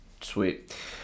Sweet